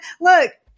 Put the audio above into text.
look